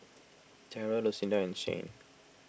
Darrell Lucinda and Shane